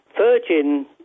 Virgin